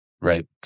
Right